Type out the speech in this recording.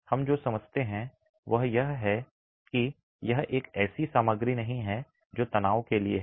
हम जो समझते हैं वह यह है कि यह एक ऐसी सामग्री नहीं है जो तनाव के लिए है